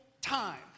time